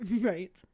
Right